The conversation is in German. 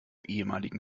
ehemaligen